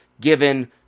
given